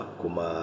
kuma